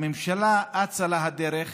הממשלה, אצה לה הדרך